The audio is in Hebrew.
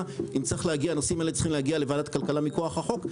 אם הנושאים הללו צריכים להגיע לוועדת הכלכלה מכוח החוק.